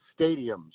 stadiums